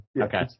Okay